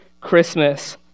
Christmas